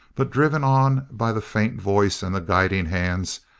but driven on by the faint voice, and the guiding hands,